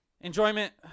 Enjoyment